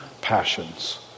passions